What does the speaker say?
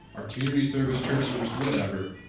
our community service, church service, whatever.